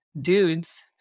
dudes